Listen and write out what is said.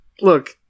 Look